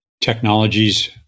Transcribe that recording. technologies